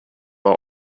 are